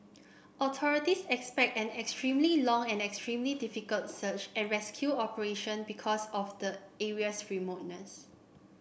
authorities expect an extremely long and extremely difficult search and rescue operation because of the area's remoteness